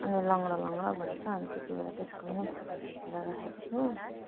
अनि लङ्गडा लङ्गडा भएछ अनि त त्यति बेला त्यसको पनि फोटो खिचेर राखेको छु